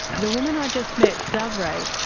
the woman i'd just met, zavrae,